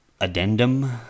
addendum